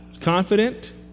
confident